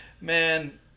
man